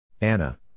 Anna